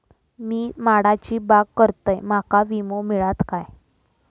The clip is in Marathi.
मी माडाची बाग करतंय माका विमो मिळात काय?